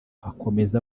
akomeza